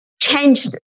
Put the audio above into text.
changed